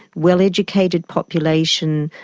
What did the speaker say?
well educated population,